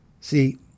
See